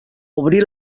obri